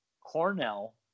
Cornell